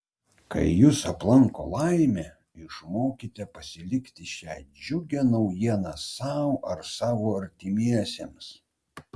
kai jus aplanko laimė išmokite pasilikti šią džiugią naujieną sau ar savo artimiesiems